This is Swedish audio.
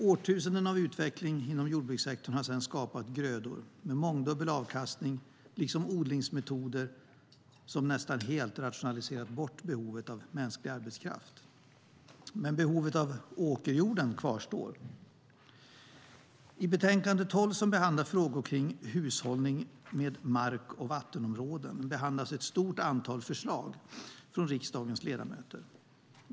Årtusenden av utveckling inom jordbrukssektorn har sedan skapat grödor med mångdubbel avkastning liksom odlingsmetoder som nästan helt rationaliserat bort behovet av mänsklig arbetskraft. Men behovet av åkerjord kvarstår. I betänkande 12 som rör frågor kring hushållning med mark och vattenområden behandlas ett stort antal förslag från riksdagens ledamöter.